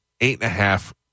eight-and-a-half-